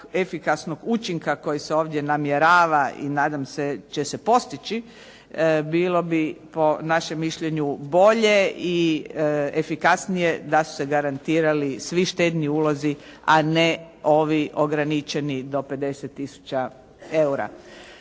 učinka koji se ovdje namjerava i nadam će se postići, bilo bi po našem mišljenju bolje i efikasnije da su se garantirali svi štedni ulozi a ne ovi ograničeni do 50 tisuća eura.